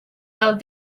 del